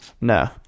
No